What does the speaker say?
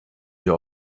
wir